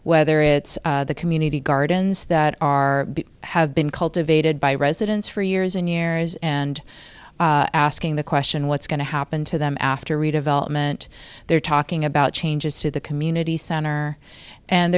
whether it's community gardens that are have been cultivated by residents for years and years and asking the question what's going to happen to them after redevelopment they're talking about changes to the community center and